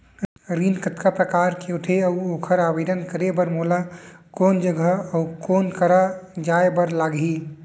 ऋण कतका प्रकार के होथे अऊ ओखर आवेदन करे बर मोला कोन जगह अऊ कोन करा जाए बर लागही?